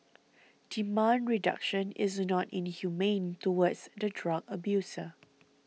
demand reduction is not inhumane towards the drug abuser